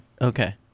okay